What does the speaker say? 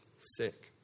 Sick